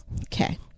Okay